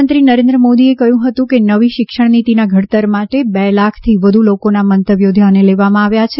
પ્રધાનમંત્રીનરેન્દ્ર મોદીએ કહ્યું હતું કે નવી શિક્ષણ નીતિના ઘડતર માટે બે લાખથી વધુ લોકોના મંતવ્યો ધ્યાને લેવામાં આવ્યાં છે